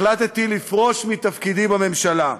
החלטתי לפרוש מתפקידי בממשלה.